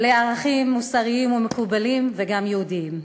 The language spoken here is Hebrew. לערכים מוסריים ומקובלים וגם יהודיים.